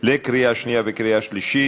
לקריאה שנייה וקריאה שלישית.